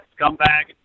scumbag